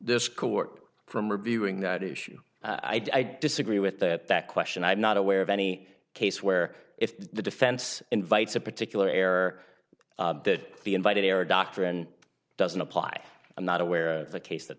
this court from reviewing that issue i disagree with that that question i'm not aware of any case where if the defense invites a particular error that the invited error doctrine doesn't apply i'm not aware of the case that